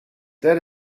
that